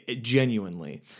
genuinely